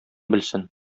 белсен